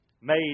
made